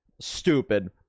stupid